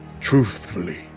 Truthfully